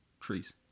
trees